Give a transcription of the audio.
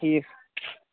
ٹھیٖک